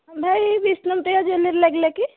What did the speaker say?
ହଁ ଭାଇ ବିଷ୍ଣୁପ୍ରିୟା ଜୁଏଲାରୀ ଲାଗିଲା କି